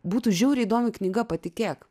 būtų žiauriai įdomi knyga patikėk